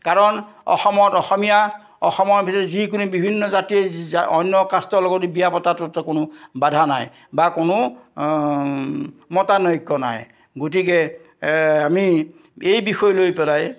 কাৰণ অসমত অসমীয়া অসমৰ ভিতৰত যিকোনো বিভিন্ন জাতি জ অন্য কাষ্টৰ লগত বিয়া পতাটোত কোনো বাধা নাই বা কোনো মতানৈক্য নাই গতিকে আমি এই বিষয় লৈ পেলাই